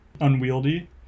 unwieldy